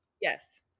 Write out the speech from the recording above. Yes